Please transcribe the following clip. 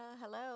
hello